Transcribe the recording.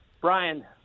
Brian